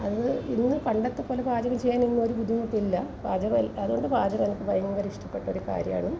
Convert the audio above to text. അന്ന് ഇന്ന് പണ്ടത്തേപ്പോലെ പാചകം ചെയ്യാനിന്നൊരു ബുദ്ധിമുട്ടില്ല പാചകം അതുകൊണ്ട് പാചകം എനിക്ക് ഭയങ്കര ഇഷ്ടപ്പെട്ട ഒരു കാര്യമാണ്